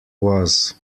was